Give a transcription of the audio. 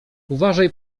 uważaj